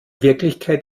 wirklichkeit